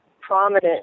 prominent